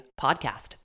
podcast